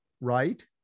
right